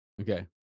Okay